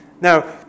Now